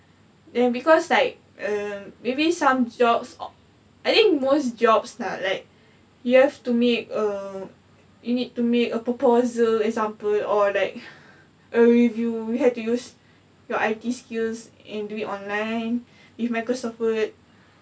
and because like are maybe some jobs or I think most jobs lah like you have to make err you need to make a proposal example or like a review you have to use your I_T skills and do it online with microsoft word